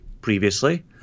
previously